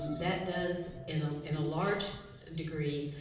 that does, in ah in a large degree,